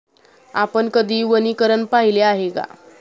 आपण कधी वनीकरण पाहिले आहे का?